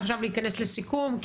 עכשיו להיכנס לסיכום,